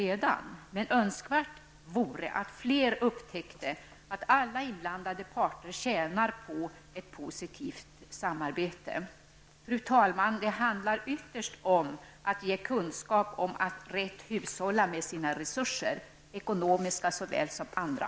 Det vore önskvärt att fler upptäckte att alla inblandade parter tjänar på ett positivt samarbete. Fru talman! Det handlar ytterst om att ge kunskap om att rätt hushålla med sina resurser, ekonomiska såväl som andra.